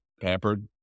pampered